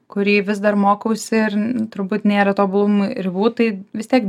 kurį vis dar mokausi ir turbūt nėra tobulumui ribų tai vis tiek